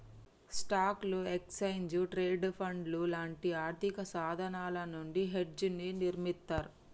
స్టాక్లు, exchange traded ఫండ్లు లాంటి ఆర్థికసాధనాల నుండి హెడ్జ్ని నిర్మిత్తర్